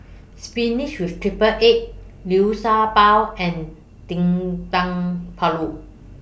Spinach with Triple Egg Liu Sha Bao and Dendeng Paru